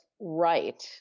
Right